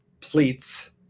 pleats